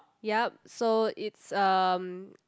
yup so it's um